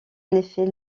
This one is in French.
effet